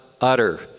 utter